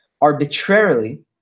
arbitrarily